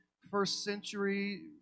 first-century